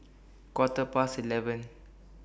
Quarter Past eleven